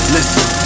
Listen